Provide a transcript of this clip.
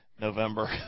November